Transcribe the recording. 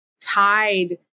tied